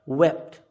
wept